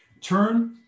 Turn